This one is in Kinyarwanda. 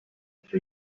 polisi